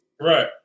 Right